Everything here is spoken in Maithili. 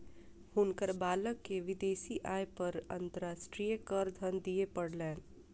हुनकर बालक के विदेशी आय पर अंतर्राष्ट्रीय करधन दिअ पड़लैन